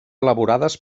elaborades